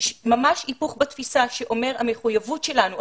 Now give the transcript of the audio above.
ממש היפוך בתפיסה שאומר שהמחויבות שלנו,